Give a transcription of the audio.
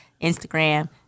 Instagram